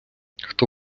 хто